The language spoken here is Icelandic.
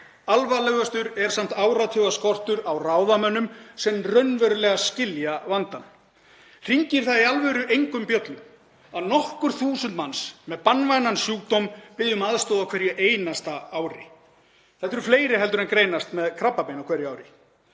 Alvarlegastur er samt áratugaskortur á ráðamönnum sem raunverulega skilja vandann. Hringir það í alvöru engum bjöllum að nokkur þúsund manns með banvænan sjúkdóm biðja um aðstoð á hverju einasta ári? Þetta eru fleiri en greinast með krabbamein á hverju ári.